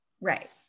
Right